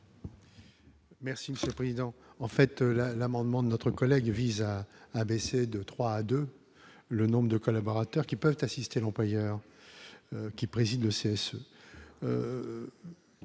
Merci Monsieur le Président, en fait, la l'amendement de notre collègue à abaisser de 3 à 2 le nombre de collaborateurs qui peuvent assister l'employeur qui préside c'est